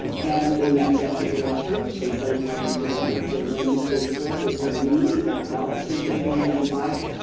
and they met deaf people at church. they started talking to them. they went into the stores. they started meeting deaf adults and who gave them and advice.